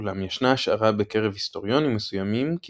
אולם ישנה השערה בקרב היסטוריונים מסוימים כי